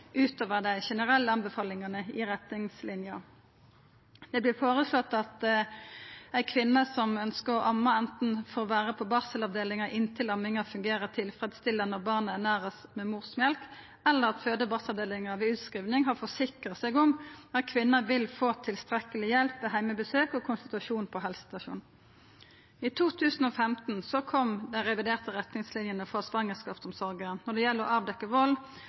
utover dei generelle anbefalingane i retningslinja. Det vert føreslått at ei kvinne som ønskjer å amma, enten får vera på barselavdelinga inntil amminga fungerer tilfredsstillande og barnet vert ernært med morsmjølk, eller at føde- og barselavdelinga ved utskriving har forsikra seg om at kvinna vil få tilstrekkeleg hjelp ved heimebesøk og konsultasjon på helsestasjon. I 2015 kom dei reviderte retningslinjene for svangerskapsomsorga når det gjeld å avdekkja vald